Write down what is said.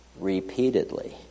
repeatedly